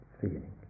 feeling